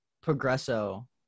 Progresso